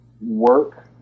work